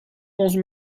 onze